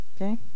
Okay